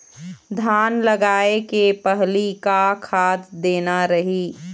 धान लगाय के पहली का खाद देना रही?